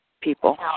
people